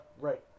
right